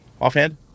offhand